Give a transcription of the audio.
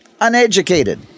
uneducated